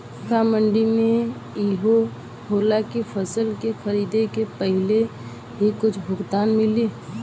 का मंडी में इहो होला की फसल के खरीदे के पहिले ही कुछ भुगतान मिले?